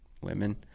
women